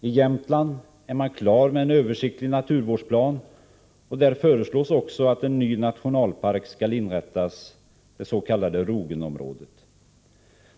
I Jämtland är man klar med en översiktlig naturvårdsplan, och där föreslås också att en ny nationalpark skall inrättas i det s.k. Rogenområdet.